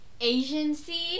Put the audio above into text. Agency